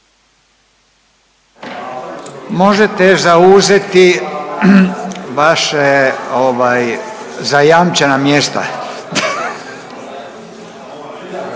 Možete zauzeti vaše ovaj zajamčena mjesta,